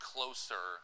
closer